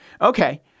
okay